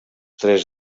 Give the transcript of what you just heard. tres